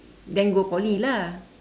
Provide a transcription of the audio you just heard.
then go poly lah